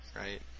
right